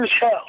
hell